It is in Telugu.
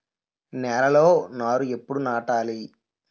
నేలలో నారు ఎప్పుడు నాటాలి?